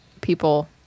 people